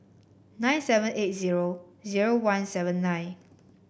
nine seven eight zero zero one seven nine